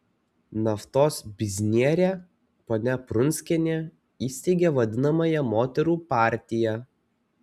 naftos biznierė ponia prunskienė įsteigė vadinamąją moterų partiją